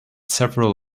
several